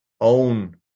own